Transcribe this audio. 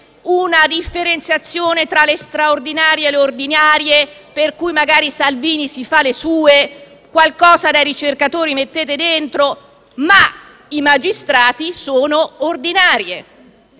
una differenziazione tra le straordinarie e le ordinarie, per cui magari Salvini si fa le sue e qualcosa dai ricercatori mettete dentro; ma i magistrati sono assunzioni